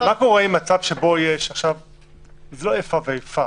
מה קורה במצב שבו יש זה לא איפה ואיפה,